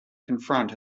confront